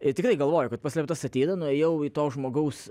ir tikrai galvojau kad paslėpta statyta nuėjau į to žmogaus